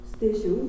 Station